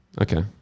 Okay